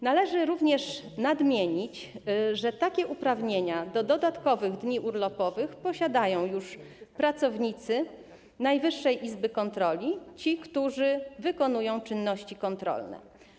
Należy również nadmienić, że uprawnienia do dodatkowych dni urlopowych posiadają już pracownicy Najwyższej Izby Kontroli, ci, którzy wykonują czynności kontrolne.